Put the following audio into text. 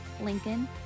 Lincoln